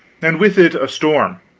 and with it a storm.